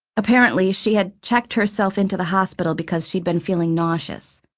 apparently, she had checked herself into the hospital because she'd been feeling nauseous.